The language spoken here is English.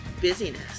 busyness